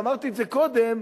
ואמרתי את זה קודם,